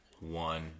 one